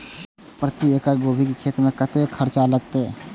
प्रति एकड़ गोभी के खेत में कतेक खर्चा लगते?